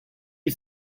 you